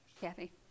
Kathy